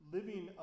Living